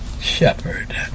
shepherd